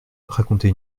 raconter